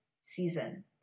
season